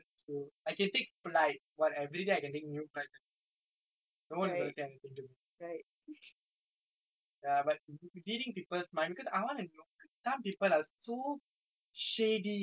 no one is going to say anything to me ya but do you think people's mind because I want to know because some people are so shady நிறைய பேர் அவங்க:niraya paer avanga mind இல்லே என்ன பேசுறாங்க என்ன:illae enna pesuraanga enna